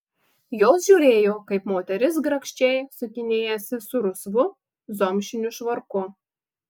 jos žiūrėjo kaip moteris grakščiai sukinėjasi su rusvu zomšiniu švarku